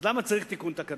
אז למה צריך תיקון תקנון,